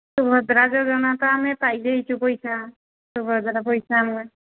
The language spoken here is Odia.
ସୁଭଦ୍ରା ଯୋଜନା ତ ଆମେ ପାଇଯାଇଛୁ ପଇସା ସୁଭଦ୍ରା ପଇସା ଆମେ